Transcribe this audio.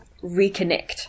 reconnect